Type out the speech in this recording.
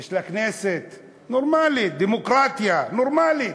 יש לה כנסת, נורמלית, דמוקרטיה, נורמלית,